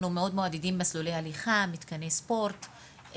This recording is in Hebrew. אנחנו מעודדים מסלולי הליכה ומתקני ספורט,